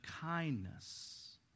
kindness